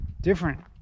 different